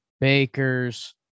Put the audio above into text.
bakers